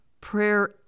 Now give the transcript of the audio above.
Prayer